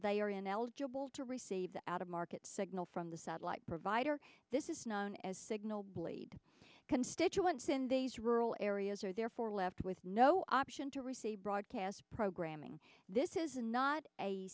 they are ineligible to receive out of market signal from the satellite provider this is known as signal bleed constituents in these rural areas are therefore left with no option to receive broadcast programming this is not a